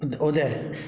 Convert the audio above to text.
उदय